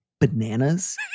bananas